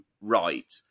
right